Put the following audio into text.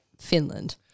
Finland